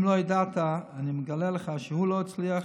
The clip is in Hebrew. אם לא ידעת, אני מגלה לך שהוא לא הצליח,